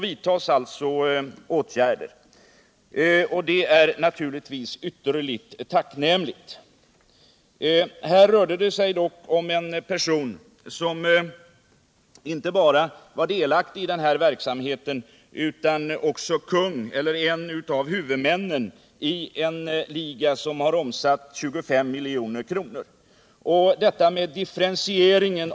Enligt det svar jag fått vidtas vissa åtgärder i det här avseendet, och det är naturligtvis ytterst tacknämligt. Här rörde det sig om en person som inte bara var delaktig i en sådan här verksamhet utan också en av huvudmännen i en liga som har omsatt ca 25 milj.kr. på sin affärsverksamhet.